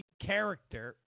character